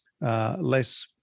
less